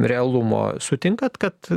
realumo sutinkat kad